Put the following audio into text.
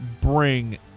bring